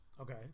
Okay